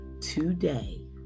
Today